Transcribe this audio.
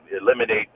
eliminate